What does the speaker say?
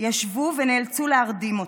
ישבו ונאלצו להרדים אותם.